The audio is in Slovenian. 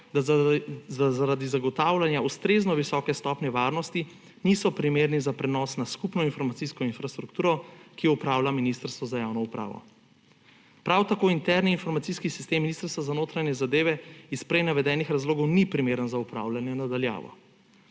da zaradi zagotavljanja ustrezno visoke stopnje varnosti niso primerni za prenos na skupno informacijo infrastrukturo, ki jo upravlja Ministrstvo za javno upravo. Prav tako interni informacijski sistem Ministrstva za notranje zadeve iz prej navedenih razlogov ni primeren za upravljanje na daljavo.